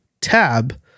tab